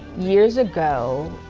years ago,